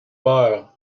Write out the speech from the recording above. peur